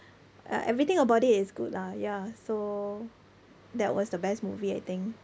uh everything about it is good lah ya so that was the best movie I think